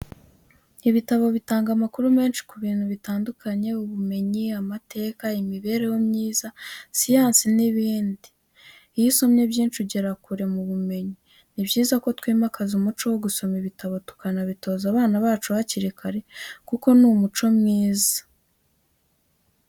Ibitabo bitanga amakuru menshi ku bintu bitandukanye: ubumenyi, amateka, imibereho myiza, siyansi, n’ibindi. Iyo usomye byinshi, ugera kure mu bumenyi. Ni byiza ko twimakaza umuco wo gusoma ibitabo tunabitoza abana bacu hakiri kare kuko ni umuco mwiza.